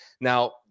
Now